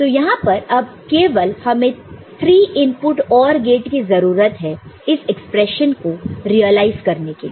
तो यहां पर अब केवल हमें 3 इनपुट OR गेट की जरूरत है इस एक्सप्रेशन को रियलाइज करने के लिए